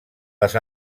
les